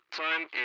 time